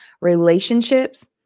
relationships